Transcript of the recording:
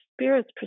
spirit's